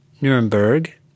Nuremberg